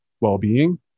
well-being